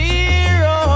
Zero